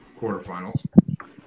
quarterfinals